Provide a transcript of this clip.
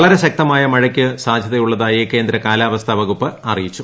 വളരെ ശക്തമായ മഴയ്ക്കും സാധ്യതയുള്ളതായി കേന്ദ്ര കാലാവസ്ഥ വകുപ്പ് അറിയിച്ചു